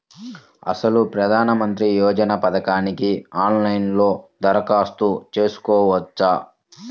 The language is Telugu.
అసలు ప్రధాన మంత్రి యోజన పథకానికి ఆన్లైన్లో దరఖాస్తు చేసుకోవచ్చా?